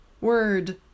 word